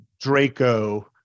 Draco